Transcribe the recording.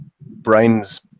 brains